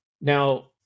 now